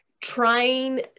trying